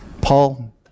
paul